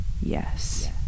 Yes